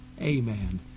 Amen